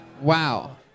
Wow